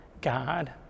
God